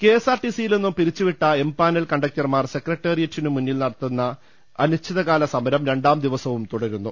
KS ആർടിസിയിൽ നിന്നും പിരിച്ചു വിട്ട എം പാനൽ കണ്ടക്ടർമാർ സെക്രട്ടറിയേറ്റിനു മുന്നിൽ നടത്തുന്ന അനിശ്ചിതകാല സമരം രണ്ടാംദിവസവും തുടരുന്നു